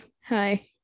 hi